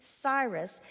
Cyrus